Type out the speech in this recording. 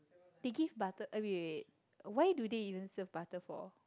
they give butter eh wait wait wait what do they even serve butter for